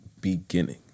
beginning